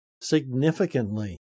Significantly